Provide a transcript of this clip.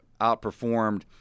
outperformed